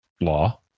law